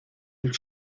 une